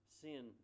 sin